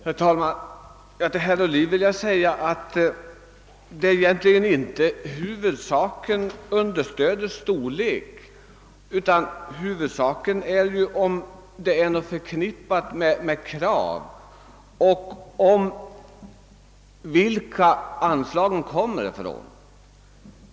Herr talman! Till herr Ohlin vill jag säga att understödets storlek egentligen inte är huvudsaken, utan huvudsaken är huruvida det förknippas några villkor med bidragen och varifrån dessa kommer.